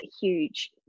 huge